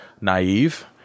naive